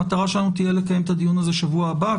המטרה שלנו תהיה לקיים את הדיון הזה בשבוע הבא.